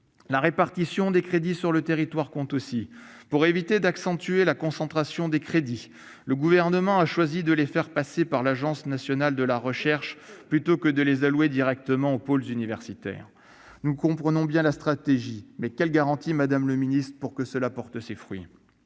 La répartition des crédits sur le territoire compte aussi. Pour éviter d'accentuer la concentration des crédits, le Gouvernement a choisi de les faire passer par l'Agence nationale de la recherche plutôt que de les allouer directement aux pôles universitaires. Nous comprenons bien la stratégie, mais quelle garantie que cela porte ses fruits ?